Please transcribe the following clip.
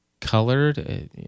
colored